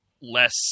less